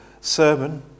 sermon